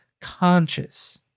conscious